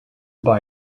buy